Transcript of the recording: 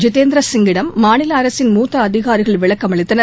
ஜிதேந்திர சிங்கிடம் மாநில அரசின் மூத்த அதிகாரிகள் விளக்கம் அளித்தனர்